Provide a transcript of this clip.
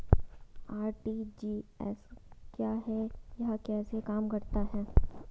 RTGS क्या है यह कैसे काम करता है?